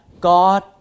God